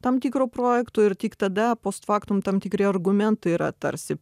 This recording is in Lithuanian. tam tikro projekto ir tik tada post faktum tam tikri argumentai yra tarsi